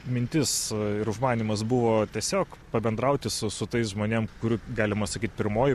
mintis ir užmanymas buvo tiesiog pabendrauti su su tais žmonėm kurių galima sakyt pirmoji